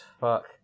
Fuck